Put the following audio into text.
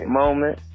moment